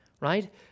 right